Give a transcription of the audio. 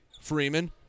Freeman